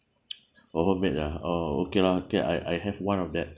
oh homemade ah oh okay lah okay I I have one of that